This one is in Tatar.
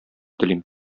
телим